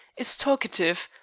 is talkative,